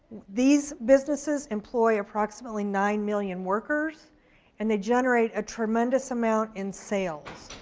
these businesses employ approximately nine million workers and they generate a tremendous amount in sales.